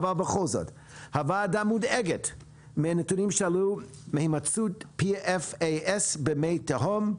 בכל זאת: הוועדה מודאגת מהנתונים שעלו להימצאות PFAS במי תהום,